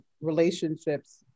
relationships